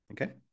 Okay